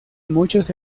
muchos